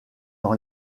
dans